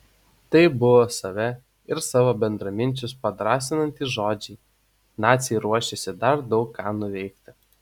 tai buvo save ir savo bendraminčius padrąsinantys žodžiai naciai ruošėsi dar daug ką nuveikti